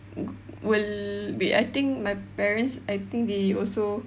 g~ will be I think my parents I think they also